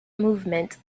movement